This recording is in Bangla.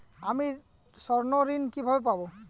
আমি স্বর্ণঋণ কিভাবে পাবো?